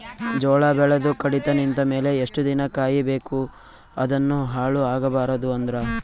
ಜೋಳ ಬೆಳೆದು ಕಡಿತ ನಿಂತ ಮೇಲೆ ಎಷ್ಟು ದಿನ ಕಾಯಿ ಬೇಕು ಅದನ್ನು ಹಾಳು ಆಗಬಾರದು ಅಂದ್ರ?